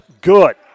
good